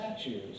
statues